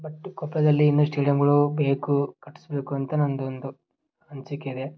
but ಕೊಪ್ಪಳದಲ್ಲಿ ಇನ್ನಷ್ಟು ಸ್ಟೇಡಿಯಮ್ಮುಗಳು ಬೇಕು ಕಟ್ಟಿಸಬೇಕು ಅಂತ ನಂದೊಂದು ಅನಿಸಿಕೆ ಇದೆ